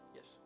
Yes